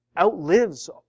outlives